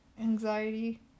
anxiety